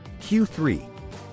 Q3